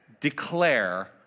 declare